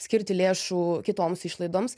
skirti lėšų kitoms išlaidoms